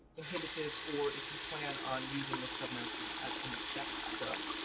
inhibitive, or if you plan on using the sub master as an affect sub.